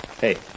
hey